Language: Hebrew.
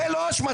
זה לא השמצה,